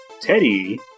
Teddy